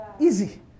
Easy